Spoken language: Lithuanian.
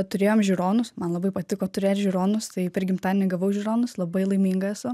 turėjom žiūronus man labai patiko turėt žiūronus tai per gimtadienį gavau žiūronus labai laiminga esu